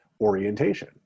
orientation